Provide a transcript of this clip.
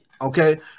Okay